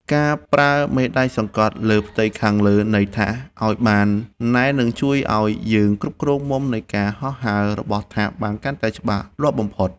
ការប្រើមេដៃសង្កត់លើផ្ទៃខាងលើនៃថាសឱ្យបានណែននឹងជួយឱ្យយើងគ្រប់គ្រងមុំនៃការហោះហើររបស់ថាសបានកាន់តែច្បាស់លាស់បំផុត។